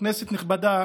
כנסת נכבדה,